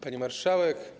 Pani Marszałek!